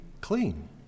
clean